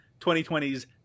2020's